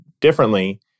differently